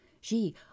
She